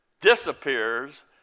disappears